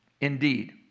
Indeed